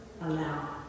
allow